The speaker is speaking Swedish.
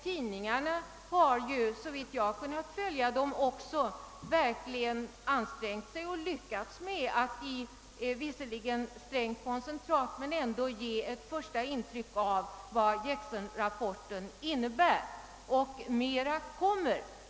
Tidningarna har ju såvitt jag har kunnat bedöma verkligen ansträngt sig och också lyckats med att ge en första version av Jackson-rapporten, låt vara i strängt koncentrat, och mera kommer.